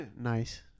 Nice